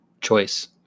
choice